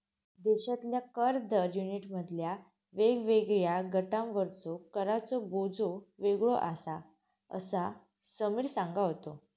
देशातल्या कर दर युनिटमधल्या वेगवेगळ्या गटांवरचो कराचो बोजो वेगळो आसा, असा समीर सांगा होतो